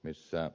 ryssää